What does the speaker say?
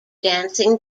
dancing